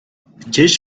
gdzieś